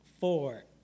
four